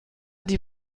die